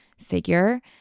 figure